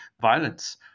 violence